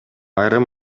айрым